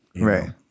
right